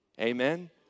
Amen